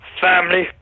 family